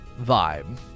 vibe